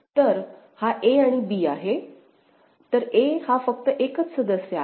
तर हा a आणि b आहे तर a हा फक्त एकच सदस्य आहे